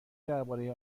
درباره